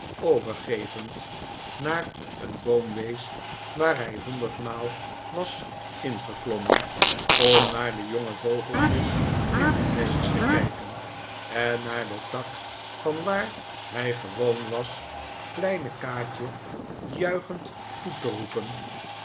overgevend naar een boom wees waar hij honderdmaal was ingeklommen om naar de jonge vogeltjes in hun nestjes te kijken en naar den tak vanwaar hij gewoon was kleine kaatje juichend toe te roepen